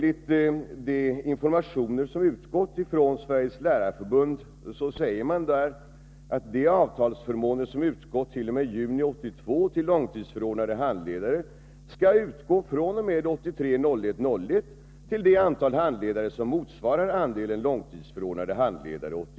I de informationer som utgått från Sveriges lärarförbund säger man att de avtalsförmåner som gällt t.o.m. juni 1982 för långtidsförordnade handledare skall utgå fr.o.m. den 1 januari 1983 till det antal handledare som motsvarar andelen långtidsförordnade handledare 1981/82.